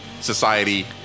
society